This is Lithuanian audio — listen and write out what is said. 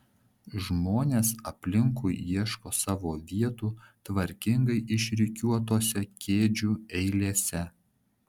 žmonės aplinkui ieško savo vietų tvarkingai išrikiuotose kėdžių eilėse